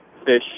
fish